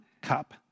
cup